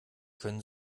können